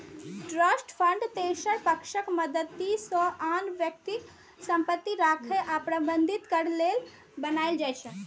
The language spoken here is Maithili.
ट्रस्ट फंड तेसर पक्षक मदति सं आन व्यक्तिक संपत्ति राखै आ प्रबंधित करै लेल बनाएल जाइ छै